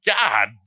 God